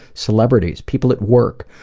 celebrities, people at work.